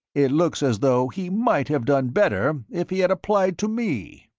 it looks as though he might have done better if he had applied to me.